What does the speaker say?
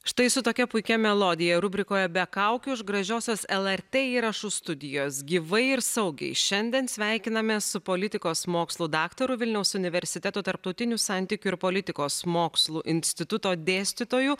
štai su tokia puikia melodija rubrikoje be kaukių iš gražiosios lrt įrašų studijos gyvai ir saugiai šiandien sveikinamės su politikos mokslų daktaru vilniaus universiteto tarptautinių santykių ir politikos mokslų instituto dėstytoju